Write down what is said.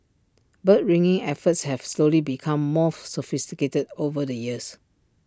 bird ringing efforts have slowly become more sophisticated over the years